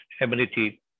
ability